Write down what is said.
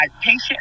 patient